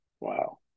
wow